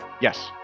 Yes